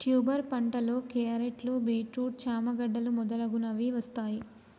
tuber పంటలో క్యారెట్లు, beetroot, చామ గడ్డలు మొదలగునవి వస్తాయ్